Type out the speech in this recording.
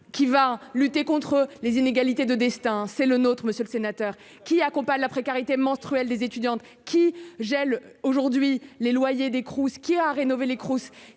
qui va lutter contre les inégalités de destin, c'est le nôtre, monsieur le sénateur, qui accompagne la précarité menstruelle des étudiantes qui gèle aujourd'hui les loyers des Cruz qui a rénové les cross